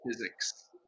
physics